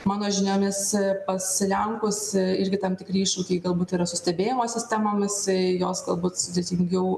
mano žiniomis pas lenkus irgi tam tikri iššūkiai galbūt yra su stebėjimo sistemomis jos galbūt sudėtingiau